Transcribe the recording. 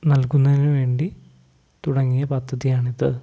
നൽകുന്നതിനുവേണ്ടി തുടങ്ങിയ പദ്ധതിയാണിത്